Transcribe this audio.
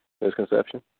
Misconception